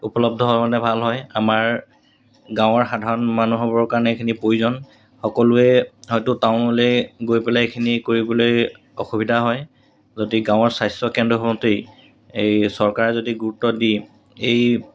উপলব্ধ হয় মানে ভাল হয় আমাৰ গাঁৱৰ সাধাৰণ মানুহবোৰৰ কাৰণে এইখিনি প্ৰয়োজন সকলোৱে হয়তো টাউনলৈ গৈ পেলাই এইখিনি কৰিবলৈ অসুবিধা হয় যদি গাঁৱৰ স্বাস্থ্য কেন্দ্ৰখনতেই এই চৰকাৰে যদি গুৰুত্ব দি এই